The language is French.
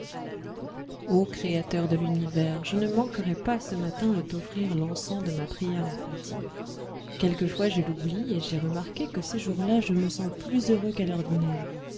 o créateur de l'univers je ne manquerai pas ce matin de t'offrir l'encens de ma prière enfantine quelquefois je l'oublie et j'ai remarqué que ces jours-là je me sens plus heureux qu'à l'ordinaire